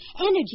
Energy